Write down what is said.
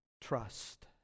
trust